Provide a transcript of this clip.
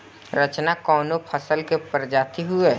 रचना कवने फसल के प्रजाति हयुए?